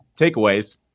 takeaways